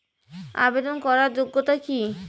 আবেদন করার যোগ্যতা কি?